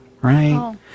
right